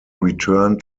return